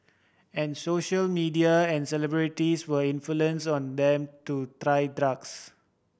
and social media and celebrities were influence on them to try drugs